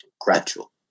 gradual